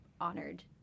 honored